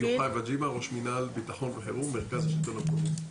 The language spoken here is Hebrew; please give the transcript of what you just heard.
אני ראש מנהל ביטחון וחירום במרכז השלטון המקומי.